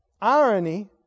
Irony